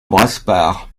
brasparts